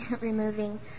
removing